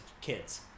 kids